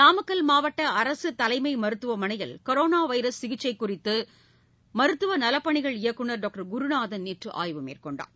நாமக்கல் மாவட்ட அரசு தலைமை மருத்துவமனையில் க்ரோனா வைரஸ் சிகிச்சை குறித்து மருத்துவ நலப்பணிகள் இயக்குனர் டாக்டர் குருநாதன் நேற்று ஆய்வு மேற்கொண்டார்